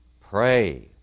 Pray